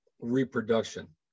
reproduction